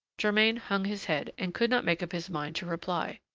germain hung his head, and could not make up his mind to reply.